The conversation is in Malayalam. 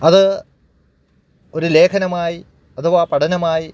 അത് ഒരു ലേഖനമായി അഥവാ പഠനമായി